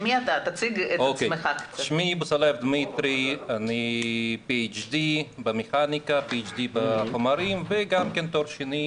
אני PhD במכניקה וחומרים ובעל תואר שני